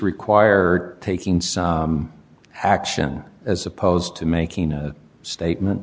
require taking some action as opposed to making a statement